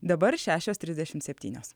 dabar šešios trisdešimt septynios